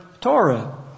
Torah